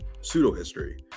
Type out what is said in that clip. pseudo-history